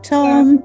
Tom